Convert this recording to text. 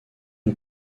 une